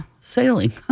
sailing